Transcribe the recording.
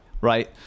Right